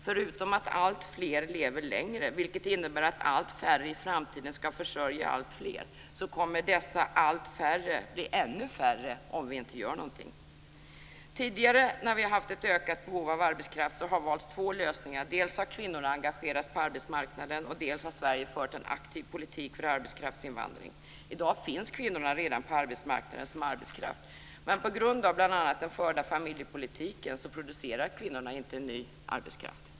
Förutom att alltfler lever längre, vilket innebär att allt färre i framtiden ska försörja alltfler, kommer dessa allt färre att bli ännu färre om vi inte gör någonting. Tidigare när vi haft ett ökat behov av arbetskraft har två lösningar valts. Dels har kvinnorna engagerats på arbetsmarknaden, dels har Sverige fört en aktiv politik för arbetskraftsinvandring. I dag finns kvinnorna redan på arbetsmarknaden som arbetskraft, men på grund av bl.a. den förda familjepolitiken producerar kvinnorna inte ny arbetskraft.